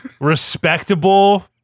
respectable